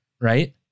right